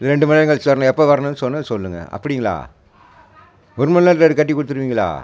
ரெண்டு மணி நேரம் கழித்து வரணும் எப்போ வரணும்னு சொன்னால் சொல்லுங்க அப்படிங்களா ஒரு மணி நேரத்தில் அது கட்டி கொடுத்துருவீங்களா